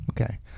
Okay